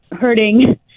hurting